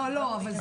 לא, לא.